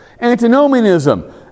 Antinomianism